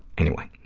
anyway,